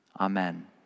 Amen